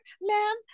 ma'am